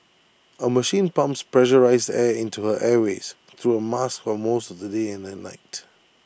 A machine pumps pressurised air into her airways through A mask for most of the day and at night